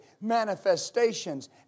manifestations